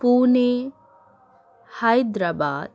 Pune Hyderabad